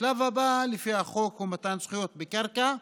השלב הבא לפי החוק הוא מתן זכויות בקרקע.